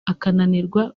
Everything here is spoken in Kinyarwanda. akananirwa